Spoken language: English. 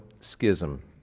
schism